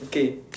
okay